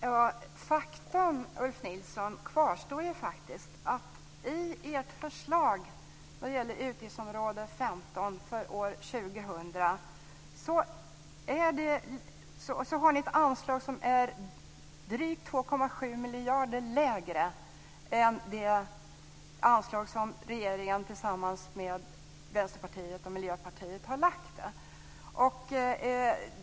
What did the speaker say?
Fru talman! Faktum, Ulf Nilsson, kvarstår. I ert förslag när det gäller utgiftsområde 15 för år 2000, har ni ett anslag som är drygt 2,7 miljarder lägre än det anslag som regeringen tillsammans med Vänsterpartiet och Miljöpartiet har lagt fram.